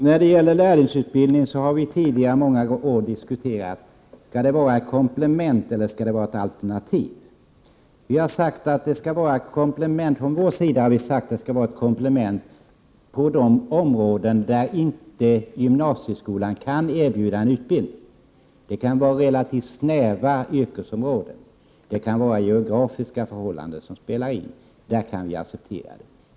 När det gäller lärlingsutbildningen har vi tidigare under många år diskuterat om den skall vara ett komplement eller ett alternativ. Från vår sida har vi sagt att den skall vara ett komplement på de områden där gymnasieskolan inte kan erbjuda en utbildning. Det kan gälla relativt snäva yrkesområden, och det kan vara geografiska förhållanden som spelar in. I dessa fall kan vi acceptera det.